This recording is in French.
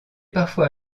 parfois